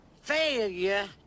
failure